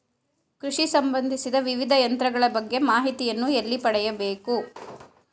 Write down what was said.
ಕೃಷಿ ಸಂಬಂದಿಸಿದ ವಿವಿಧ ಯಂತ್ರಗಳ ಬಗ್ಗೆ ಮಾಹಿತಿಯನ್ನು ಎಲ್ಲಿ ಪಡೆಯಬೇಕು?